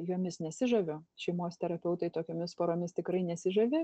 jomis nesižaviu šeimos terapeutai tokiomis poromis tikrai nesižavi